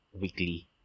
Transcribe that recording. weekly